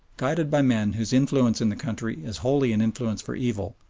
guided by men whose influence in the country is wholly an influence for evil,